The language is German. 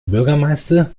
bürgermeister